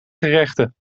gerechten